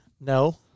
No